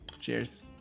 Cheers